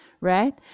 right